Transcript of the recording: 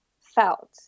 felt